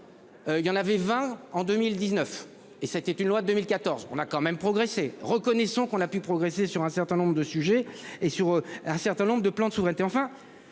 Il y en avait 20 en 2019 et c'était une loi de 2014, on a quand même progressé, reconnaissons qu'on a pu progresser sur un certain nombre de sujets et sur un certain nombre de plans de souveraineté, enfin